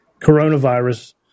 coronavirus